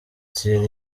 thierry